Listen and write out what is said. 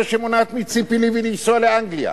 שמונעת מציפי לבני לנסוע לאנגליה,